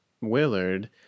Willard